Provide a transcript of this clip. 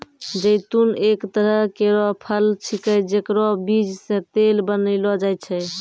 जैतून एक तरह केरो फल छिकै जेकरो बीज सें तेल बनैलो जाय छै